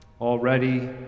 already